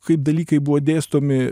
kaip dalykai buvo dėstomi